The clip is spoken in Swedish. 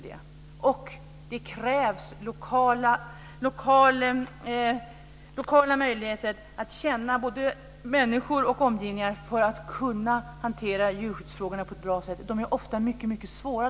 Det krävs lokala möjligheter att känna både människor och omgivningar för att kunna hantera djurskyddsfrågorna på ett bra sätt. Dessa ärenden är ofta mycket svåra.